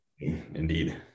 indeed